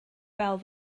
fel